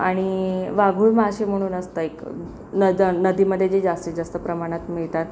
आणि वाघुळ मासे म्हणून असतं एक नदन नदीमध्ये जे जास्तीत जास्त प्रमाणात मिळतात